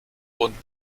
und